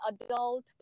adult